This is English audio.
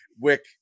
Wick